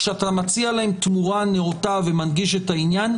כשאתה מציע להם תמורה נאותה ומנגיש את העניין,